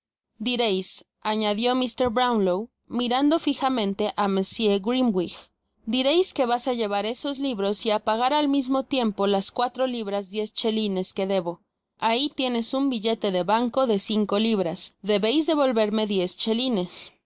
direis añadió mr brownlow mirando fijamente á monsieur grimwig direis que vais á llevar esos libros y á pagar al misino tiempo las cuatro libras diez chelines que debo ahi teneis un billete de banco de cinco libras debeis devolverme diez chelines no